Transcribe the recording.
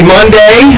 Monday